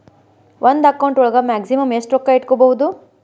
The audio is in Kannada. ಒಂದು ಅಕೌಂಟ್ ಒಳಗ ಮ್ಯಾಕ್ಸಿಮಮ್ ಎಷ್ಟು ರೊಕ್ಕ ಇಟ್ಕೋಬಹುದು?